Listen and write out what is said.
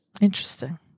interesting